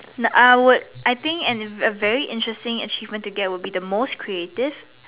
uh I would I think an a very interesting achievement to get would be the most creative